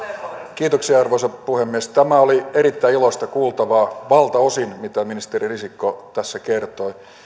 eteenpäin arvoisa puhemies tämä oli valtaosin erittäin iloista kuultavaa mitä ministeri risikko tässä kertoi